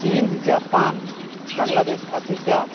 chin Japan Bangladesh Africa